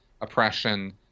oppression